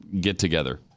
get-together